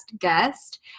guest